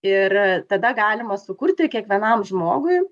ir tada galima sukurti kiekvienam žmogui